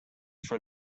for